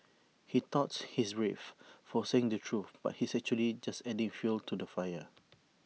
he thought he's brave for saying the truth but he's actually just adding fuel to the fire